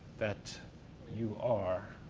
that you are.